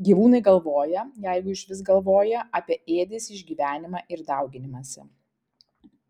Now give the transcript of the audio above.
gyvūnai galvoja jeigu išvis galvoja apie ėdesį išgyvenimą ir dauginimąsi